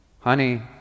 Honey